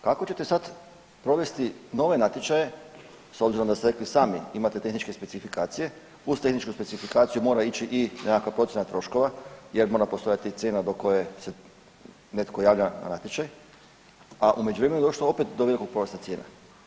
Kako ćete sad provesti nove natječaje, s obzirom da ste rekli i sami, imate tehničke specifikacije, uz tehničku specifikaciju mora ići i nekakva procjena troškova, jer mora postojati cijena do koje se netko javlja na natječaj, a u međuvremenu je došlo opet do velikog porasta cijena.